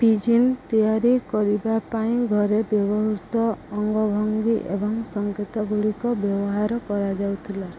pigeon ତିଆରି କରିବା ପାଇଁ ଘରେ ବ୍ୟବହୃତ ଅଙ୍ଗଭଙ୍ଗୀ ଏବଂ ସଙ୍କେତଗୁଡ଼ିକ ବ୍ୟବହାର କରାଯାଉଥିଲା